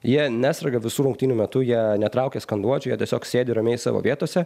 jie neserga visų rungtynių metu jie netraukia skanduočių jie tiesiog sėdi ramiai savo vietose